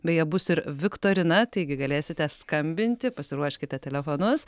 beje bus ir viktorina taigi galėsite skambinti pasiruoškite telefonus